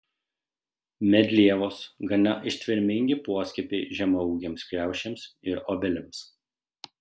medlievos gana ištvermingi poskiepiai žemaūgėms kriaušėms ir obelims